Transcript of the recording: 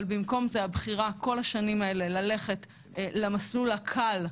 אבל במקום זה הבחירה בכל השנים האלה ללכת למסלול הקל,